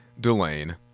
Delane